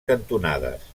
cantonades